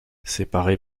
séparé